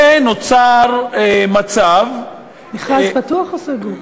ונוצר מצב, מכרז פתוח או סגור?